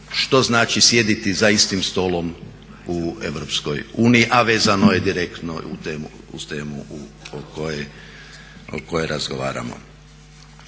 što znači sjediti za istim stolom u EU, a vezano je direktno uz temu o kojoj razgovaramo.